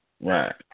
Right